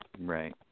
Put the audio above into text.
Right